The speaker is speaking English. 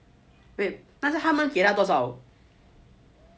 wait 但是他们给他了多少